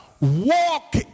Walk